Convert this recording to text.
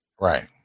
Right